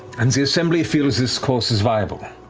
and the assembly feels this course is viable?